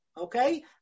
Okay